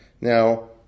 Now